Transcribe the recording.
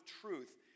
truth